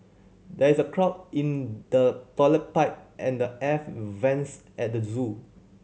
there is a clog in the toilet pipe and the air vents at the zoo